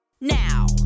now